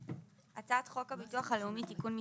הצעת חוק הביטוח הלאומי (תיקון מס'